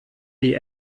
die